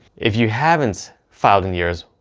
if you haven't filed in years,